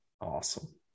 Awesome